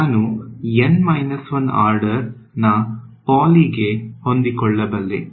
ನಾನು N 1 order ನಾ ಪೌಲಿ ಗೆ ಹೊಂದಿಕೊಳ್ಳಬಲ್ಲೆ